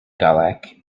gaelic